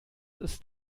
ist